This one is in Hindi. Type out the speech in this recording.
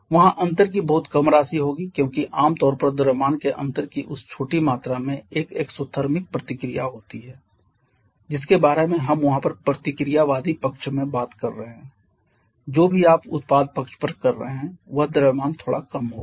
वहा अंतर की बहुत कम राशि होगी क्योंकि आम तौर पर द्रव्यमान के अंतर की उस छोटी मात्रा में एक एक्सोथर्मिक प्रतिक्रिया होती है जिसके बारे में हम वहां पर प्रतिक्रियावादी पक्ष में बात कर रहे हैं जो भी आप उत्पाद पक्ष पर कर रहे हैं वह द्रव्यमान थोड़ा कम होगा